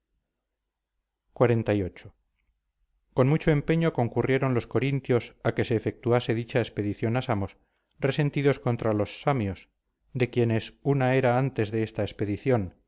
a minerva xlviii con mucho empeño concurrieron los corintios a que se efectuase dicha expedición a samos resentidos contra los samios de quienes una era antes de esta expedición